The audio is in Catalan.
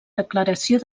declaració